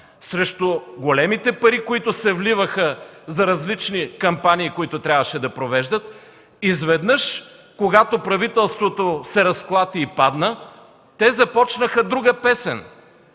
срещу големите пари, които се вливаха за различни кампании, които трябваше да провеждат, изведнъж, когато правителството се разклати и падна, те започнаха друга песен